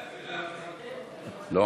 לא,